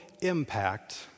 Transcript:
impact